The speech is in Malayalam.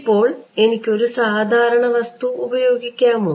ഇപ്പോൾ എനിക്ക് ഒരു സാധാരണ വസ്തു ഉപയോഗിക്കാമോ